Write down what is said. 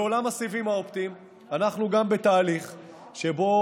בעולם הסיבים האופטיים אנחנו גם בתהליך שבו